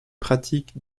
pratiques